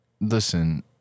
listen